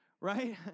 right